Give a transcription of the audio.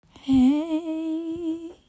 hey